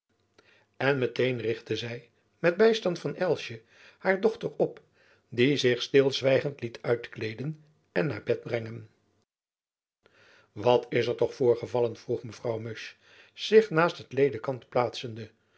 met een richtte zy met bystand van elsjen haar dochter op die zich stilzwijgend liet uitkleeden en naar bed brengen wat is er toch voorgevallen vroeg mevrouw musch zich naast het ledekant plaatsende